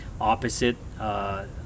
opposite